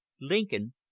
Lincoln